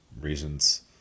reasons